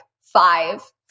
five